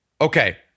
okay